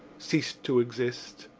ceased to exist,